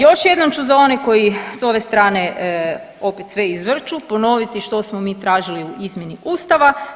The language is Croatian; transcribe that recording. Još jednom ću za one koji s ove strane opet sve izvrću ponoviti što smo mi tražili u izmjeni Ustava.